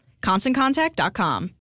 ConstantContact.com